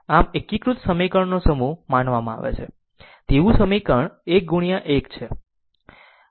આમ એકીકૃત સમીકરણોનો સમૂહ માનવામાં આવે છે તેવું સમીકરણ 1 1 x 1 બરાબર છે